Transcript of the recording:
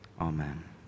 amen